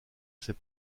ces